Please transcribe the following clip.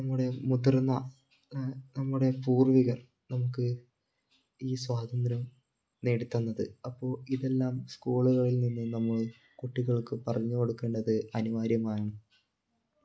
നമ്മുടെ മുതിർന്ന നമ്മുടെ പൂർവ്വീകർ നമുക്ക് ഈ സ്വാതന്ത്ര്യം നേടിത്തന്നത് അപ്പോൾ ഇതെല്ലാം സ്കൂളുകളിൽ നിന്ന് നമ്മൾ കുട്ടികൾക്ക് പറഞ്ഞ് കൊടുക്കേണ്ടത്ത് അനിവാര്യമാണ്